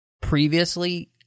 previously